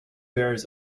bears